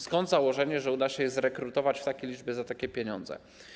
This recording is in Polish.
Skąd założenie, że uda się ich zrekrutować w takiej liczbie za takie pieniądze?